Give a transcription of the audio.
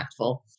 impactful